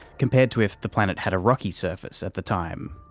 compared to if the planet had a rocky surface at the time.